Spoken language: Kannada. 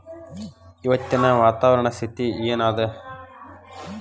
ಇವತ್ತಿನ ವಾತಾವರಣ ಸ್ಥಿತಿ ಏನ್ ಅದ?